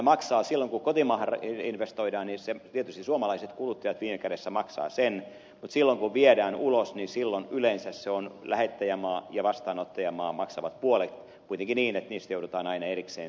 silloin kun kotimaahan investoidaan tietysti suomalaiset kuluttajat viime kädessä maksavat sen mutta silloin kun viedään ulos niin silloin yleensä lähettäjämaa ja vastaanottajamaa maksavat puolet kuitenkin niin että niistä joudutaan aina erikseen sopimaan